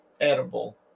Edible